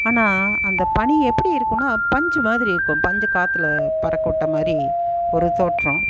ஆனால் அந்த பனி எப்படி இருக்குன்னா பஞ்சு மாதிரி இருக்கும் பஞ்சு காத்தில் பறக்கவிட்ட மாதிரி ஒரு தோற்றம்